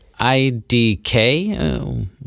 IDK